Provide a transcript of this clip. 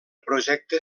projecte